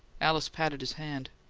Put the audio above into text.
alice patted his hand.